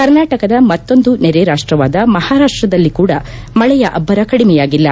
ಕರ್ನಾಟಕದ ಮತ್ತೊಂದು ನೆರೆ ರಾಷ್ಗವಾದ ಮಹಾರಾಷ್ಗದಲ್ಲಿ ಕೂಡ ಮಳೆಯ ಅಭ್ಗರ ಕಡಿಮೆಯಾಗಿಲ್ಲ